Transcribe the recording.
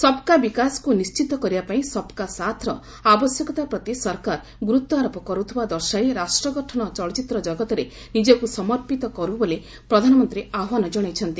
ସବ୍ କା ବିକାଶକୁ ନିଶ୍ଚିତ କରିବାପାଇଁ ସବ୍କା ସାଥ୍ର ଆବଶ୍ୟକତା ପ୍ରତି ସରକାର ଗୁରୁତ୍ୱ ଆରୋପ କରୁଥିବା ଦର୍ଶାଇ ରାଷ୍ଟ୍ର ଗଠନରେ ଚଳଚ୍ଚିତ୍ର କଗତ ନିଜକୁ ସମର୍ପିତ କରୁ ବୋଲି ପ୍ରଧାନମନ୍ତ୍ରୀ ଆହ୍ୱାନ ଜଣାଇଛନ୍ତି